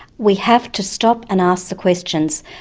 we have to stop and ask the questions,